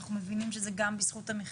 אנחנו מבינים שזה גם בזכות המכללות.